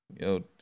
Yo